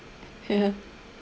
ya